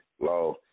law